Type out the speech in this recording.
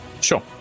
Sure